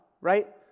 right